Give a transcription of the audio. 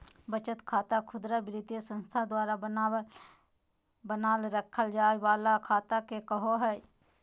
बचत खाता खुदरा वित्तीय संस्था द्वारा बनाल रखय जाय वला खाता के कहो हइ